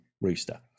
Rooster